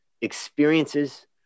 experiences